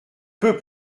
peu